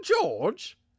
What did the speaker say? George